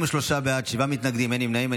23 בעד, שבעה מתנגדים, אין נמנעים.